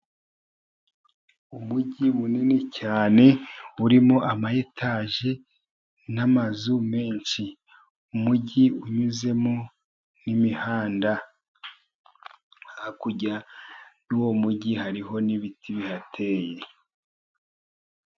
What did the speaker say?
Umujyi munini cyane urimo amayetaje n'amazu menshi, umujyi unyuzemo n'imihanda, hakurya y'uwo mujyi hariho n'ibiti bihateye.